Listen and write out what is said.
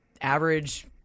average –